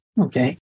Okay